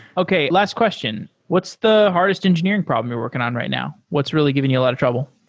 okay, last question. what's the hardest engineering problem you're working on right now? what's really giving you a lot of trouble?